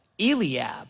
Eliab